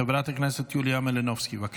חברת הכנסת יוליה מלינובסקי, בבקשה.